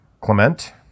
clement